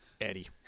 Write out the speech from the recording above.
Eddie